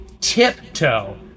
tiptoe